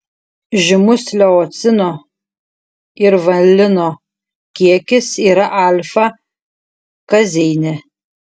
žymus leucino ir valino kiekis yra alfa kazeine